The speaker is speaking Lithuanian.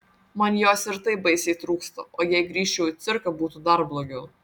man jos ir taip baisiai trūksta o jei grįžčiau į cirką būtų dar blogiau